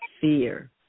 fear